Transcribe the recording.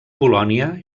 polònia